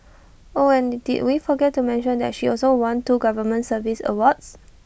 oh and did we forget to mention that she also won two government service awards